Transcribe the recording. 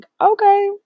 okay